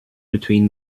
between